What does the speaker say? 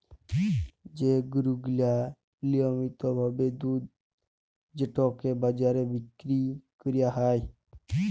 যে গরু গিলা লিয়মিত ভাবে দুধ যেটকে বাজারে বিক্কিরি ক্যরা হ্যয়